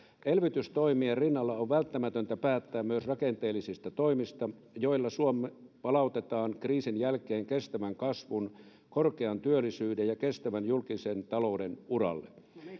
elvytystoimien rinnalla on välttämätöntä päättää myös rakenteellisista toimista joilla suomi palautetaan kriisin jälkeen kestävän kasvun korkean työllisyyden ja kestävän julkisen talouden uralle